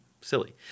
silly